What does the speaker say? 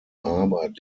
arbeit